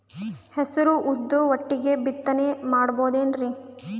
ಹೆಸರು ಉದ್ದು ಒಟ್ಟಿಗೆ ಬಿತ್ತನೆ ಮಾಡಬೋದೇನ್ರಿ?